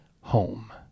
home